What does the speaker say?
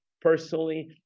personally